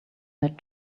that